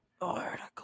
article